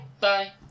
Bye